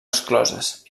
excloses